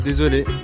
Désolé